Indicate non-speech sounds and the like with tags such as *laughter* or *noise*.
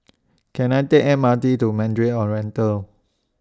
*noise* Can I Take M R T to Mandarin Oriental